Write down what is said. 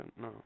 No